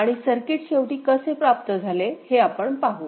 आणि सर्किट शेवटी कसे प्राप्त झाले हे आपण पाहू